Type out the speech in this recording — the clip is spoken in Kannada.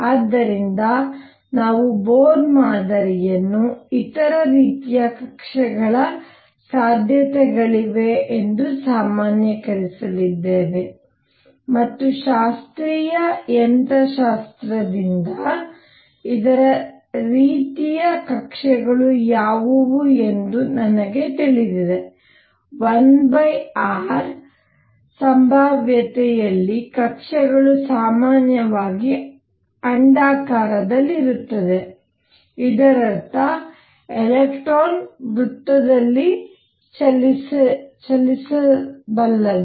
ಆದ್ದರಿಂದ ನಾವು ಬೊರ್ ಮಾದರಿಯನ್ನು ಇತರ ರೀತಿಯ ಕಕ್ಷೆಗಳ ಸಾಧ್ಯತೆಗಳಿಗೆ ಸಾಮಾನ್ಯೀಕರಿಸಲಿದ್ದೇವೆ ಮತ್ತು ಶಾಸ್ತ್ರೀಯ ಯಂತ್ರಶಾಸ್ತ್ರದಿಂದ ಇತರ ರೀತಿಯ ಕಕ್ಷೆಗಳು ಯಾವುವು ಎಂದು ನನಗೆ ತಿಳಿದಿದೆ 1 r ಸಂಭಾವ್ಯತೆಯಲ್ಲಿ ಕಕ್ಷೆಗಳು ಸಾಮಾನ್ಯವಾಗಿ ಅಂಡಾಕಾರದಲ್ಲಿರುತ್ತವೆ ಇದರರ್ಥ ಎಲೆಕ್ಟ್ರಾನ್ ವೃತ್ತದಲ್ಲಿ ಚಲಿಸಬಲ್ಲದು